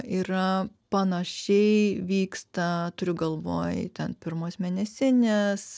yra panašiai vyksta turiu galvoj ten pirmos mėnesinės